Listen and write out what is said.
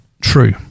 true